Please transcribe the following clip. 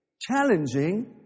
challenging